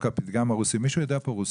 יש את הפתגם הרוסי, שמתייחס